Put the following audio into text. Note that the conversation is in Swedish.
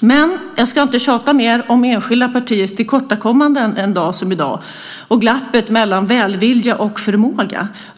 Men jag ska inte tjata mer om enskilda partiers tillkortakommanden en dag som i dag och om glappet mellan välvilja och förmåga.